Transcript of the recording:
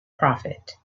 profit